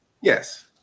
Yes